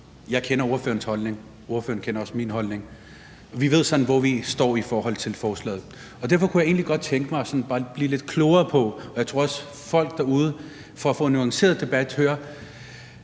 Jeg kender ordførerens holdning, ordføreren kender også min holdning. Vi ved sådan, hvor vi står i forhold til forslaget. Derfor kunne jeg godt tænke mig at blive lidt klogere på noget andet, og det tror jeg også gælder folk derude, for at få en nuanceret debat. Tænker